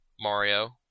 Mario